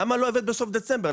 למה לא הבאת בסוף דצמבר,